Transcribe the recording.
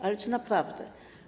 Ale czy naprawdę?